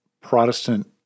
Protestant